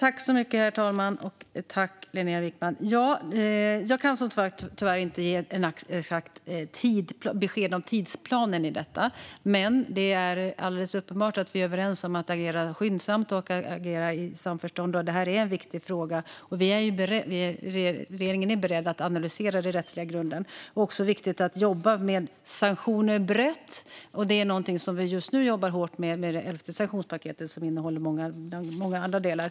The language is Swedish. Herr talman! Jag kan som sagt inte ge exakt besked om tidsplanen i detta, tyvärr, men det är alldeles uppenbart att vi är överens om att agera skyndsamt och i samförstånd och att detta är en viktig fråga. Regeringen är beredd att analysera den rättsliga grunden. Det är också viktigt att jobba med sanktioner brett. Det är någonting som vi just nu jobbar hårt med när det gäller det elfte sanktionspaketet, som innehåller många andra delar.